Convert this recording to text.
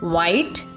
White